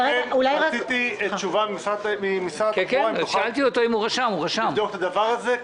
לכן רציתי תשובה ממשרד התחבורה אם הוא יוכל לבדוק את הדבר הזה,